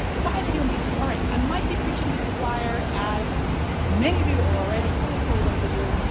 why video on facebook? alright, i might be preaching to the choir as many of you are already fully sold on video,